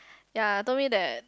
ya told me that